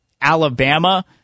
alabama